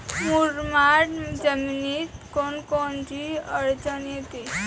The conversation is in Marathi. मुरमाड जमीनीत कोनकोनची अडचन येते?